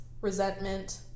resentment